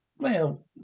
Well